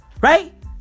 right